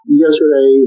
yesterday